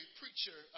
preacher